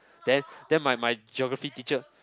then then my my Geography teacher